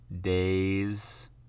days